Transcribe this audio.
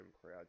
crowd